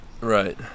Right